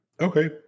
Okay